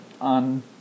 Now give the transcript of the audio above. on